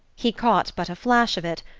he caught but a flash of it,